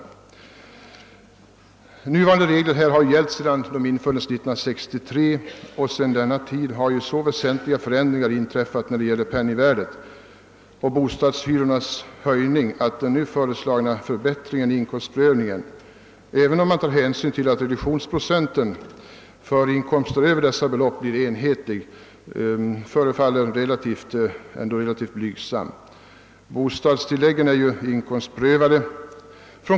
De nuvarande reglerna har gällt sedan de infördes 1963, och sedan denna tid har så väsentliga förändringar in träffat genom penningvärdets fall och bostadshyrornas höjning, att den nu föreslagna förbättringen beträffande inkomstprövningen =<förefaller = relativt blygsam, även om man tar hänsyn till att reduktionsprocenten över dessa belopp blir enhetlig. Bostadstilläggen är ju inkomstprövade.